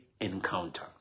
encounter